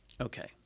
Okay